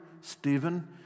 Stephen